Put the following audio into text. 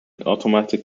automatic